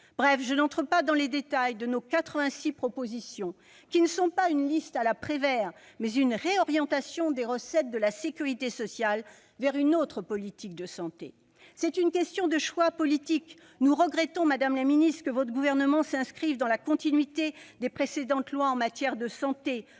Bref, je n'entre pas dans le détail de nos 86 propositions. Il ne s'agit pas d'une liste à la Prévert, mais d'une réorientation des recettes de la sécurité sociale vers une autre politique de la santé. C'est une question de choix politique. Nous regrettons, madame la ministre, que votre gouvernement s'inscrive dans la continuité des précédentes lois en matière de santé-